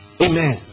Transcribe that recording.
Amen